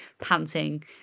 panting